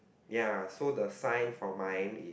ya so the sign for mine is